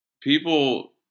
people